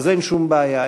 אז אין שום בעיה.